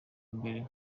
mbere